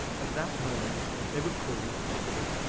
at that moment they were called to dinner,